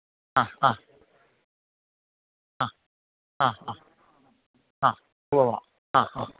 ആ ആ ആ ആ ആ ആ ഉവ്വാവ്വ ആ ആ